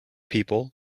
people